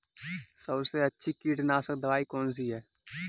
सबसे अच्छी कीटनाशक दवाई कौन सी है?